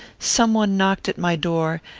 some one knocked at my door,